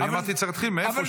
ואני אמרתי: צריך להתחיל מאיפשהו.